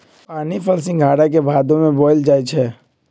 पानीफल सिंघारा के भादो में बोयल जाई छै